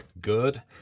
good